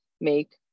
make